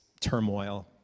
turmoil